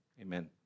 amen